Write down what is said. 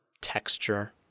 texture